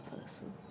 person